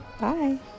Bye